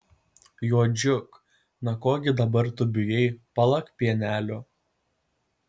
juodžiuk na ko gi dabar tu bijai palak pienelio